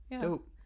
dope